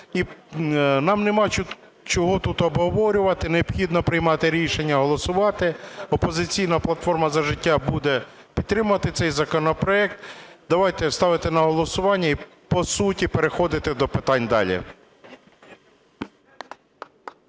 Нам нема чого тут обговорювати. Необхідно приймати рішення, голосувати. "Опозиційна платформа – За життя" буде підтримувати цей законопроект. Давайте ставити на голосування і по суті переходити до питань далі.